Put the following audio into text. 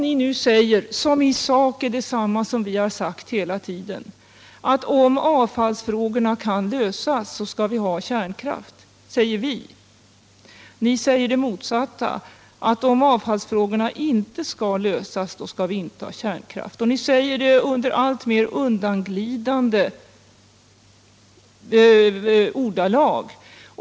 Det ni nu säger är i sak detsamma som vi har sagt hela tiden. Om avfallsfrågorna kan lösas skall vi ha kärnkraft, säger vi. Ni säger det motsatta — om avfallsfrågorna inte kan lösas skall vi inte ha kärnkraft. Ni säger detta i alltmer undanglidande ordalag.